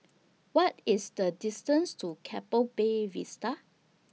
What IS The distance to Keppel Bay Vista